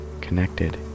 Connected